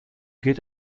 gilt